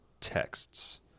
texts